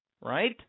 right